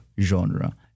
genre